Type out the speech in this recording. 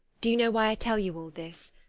do you know why i tell you all this?